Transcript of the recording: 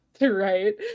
right